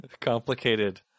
complicated